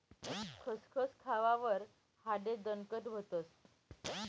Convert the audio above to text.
खसखस खावावर हाडे दणकट व्हतस